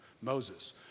Moses